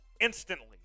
instantly